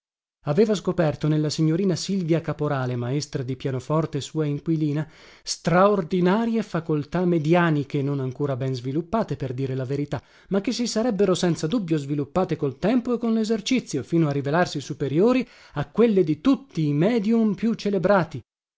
aveva scoperto nella signorina silvia caporale maestra di pianoforte sua inquilina straordinarie facoltà medianiche non ancora bene sviluppate per dire la verità ma che si sarebbero senza dubbio sviluppate col tempo e con lesercizio fino a rivelarsi superiori a quelle di tutti i medium più celebrati